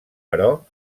però